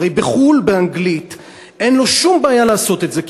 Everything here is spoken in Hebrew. הרי בחו"ל באנגלית אין לו שום בעיה לעשות את זה.